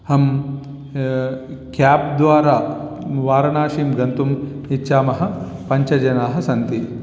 अहं केब् द्वारा वारणासीं गन्तुम् इच्छामः पञ्चजनाः सन्ति